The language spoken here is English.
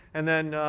and then,